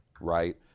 right